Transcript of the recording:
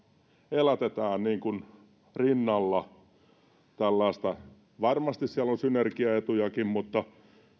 elätetään rinnalla tällaista varmasti siellä on synergiaetujakin mutta